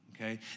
okay